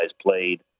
played